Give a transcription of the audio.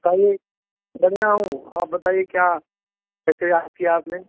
sir बढ़िया हूँ आप बताइए क्या कैसे याद क्या आपने